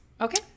Okay